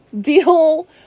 deal